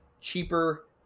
cheaper